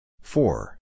four